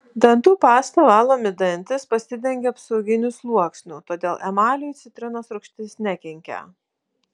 dantų pasta valomi dantys pasidengia apsauginiu sluoksniu todėl emaliui citrinos rūgštis nekenkia